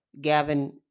Gavin